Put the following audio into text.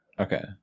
Okay